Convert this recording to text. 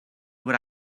what